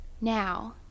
now